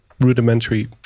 rudimentary